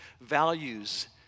values